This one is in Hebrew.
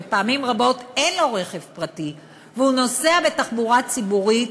ופעמים רבות אין לו רכב פרטי והוא נוסע בתחבורה ציבורית